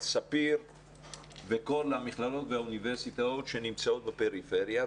על ספיר וכל המכללות והאוניברסיטאות שנמצאות בפריפריה.